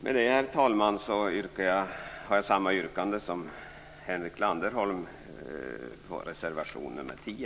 Med det, herr talman, vill jag, liksom Henrik Landerholm, yrka bifall till reservation nr 10.